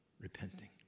repenting